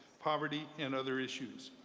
poverty, and other issues.